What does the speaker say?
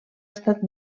estat